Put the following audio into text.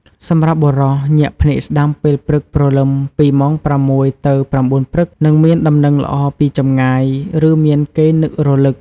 សម្រាប់ បុរស ញាក់ភ្នែកស្តាំពេលព្រឹកព្រលឹម ពីម៉ោង ៦ ទៅ ៩ ព្រឹក នឹងមានដំណឹងល្អពីចម្ងាយ ឬមានគេនឹករឭក។